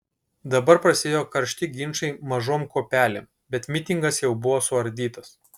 dabar prasidėjo karšti ginčai mažom kuopelėm bet mitingas jau buvo suardytas